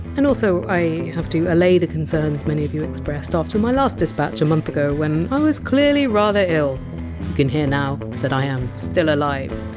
and also, i have to allay the concerns many of you expressed after my last dispatch a month ago when i was clearly rather ill. you can hear now that i am still alive.